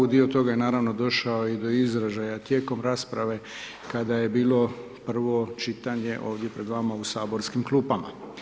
Dio toga je, naravno došao i do izražaja tijekom rasprave kada je bilo prvo čitanje ovdje pred vama u saborskim klupama.